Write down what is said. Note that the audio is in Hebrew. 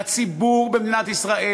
לציבור במדינת ישראל,